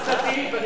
תסלח לי, אתה